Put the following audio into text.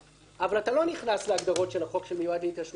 אבל אתה לא נכנס להגדרות של החוק שמיועד להתיישבות כפרית,